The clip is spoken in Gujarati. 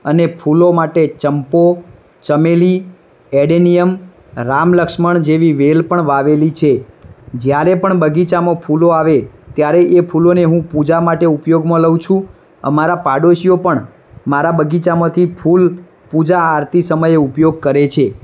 અને ફૂલો માટે ચંપો ચમેલી એડેનીયમ રામલક્ષ્મણ જેવી વેલ પણ વાવેલી છે જ્યારે પણ બગીચામાં ફૂલો આવે ત્યારે એ ફૂલોને હું પૂજા માટે ઉપયોગમાં લઉં છું અમારા પાડોશીઓ પણ મારા બગીચામાંથી ફૂલ પૂજા આરતી સમયે ઉપયોગ કરે છે